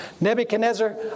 Nebuchadnezzar